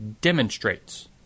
demonstrates